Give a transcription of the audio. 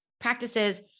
practices